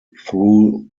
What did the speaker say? through